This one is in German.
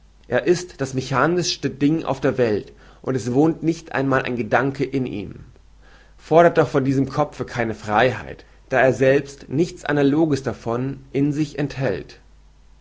er ist das mechanischste ding auf der welt und es wohnt nicht einmal der gedanke in ihm fordert doch von diesem kopfe keine freiheit da er selbst nichts analoges davon in sich enthält